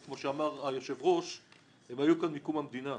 כמו שאמר היושב-ראש מקודם הן היו כאן מאז קום המדינה.